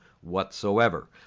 whatsoever